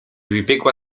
wybiegła